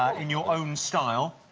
in your own style.